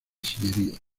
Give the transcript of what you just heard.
sillería